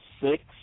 six